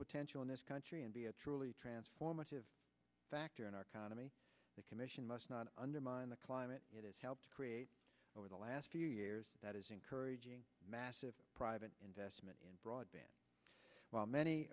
potential in this country and be a truly transformative factor in our county the commission must not undermine the climate it has helped create over the last two years that is encouraging massive private investment in broadband while many